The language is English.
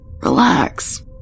Relax